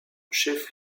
chef